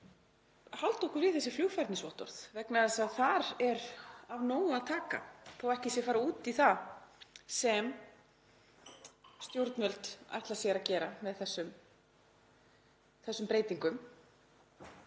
halda okkur við þessi flugfærnisvottorð vegna þess að þar er af nógu að taka þótt ekki sé farið út í það sem stjórnvöld ætla sér að gera með þessum breytingum.